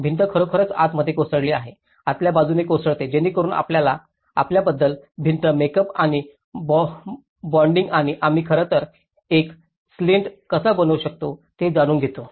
भिंत खरोखरच आतमध्ये कोसळली आहे आतल्या बाजूने कोसळते जेणेकरून आपल्याबद्दल भिंत मेकअप आणि बाँडिंग आणि आम्ही खरंतर एक सीलंट कसा बनवू शकतो हे जाणून घेतो